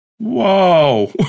Whoa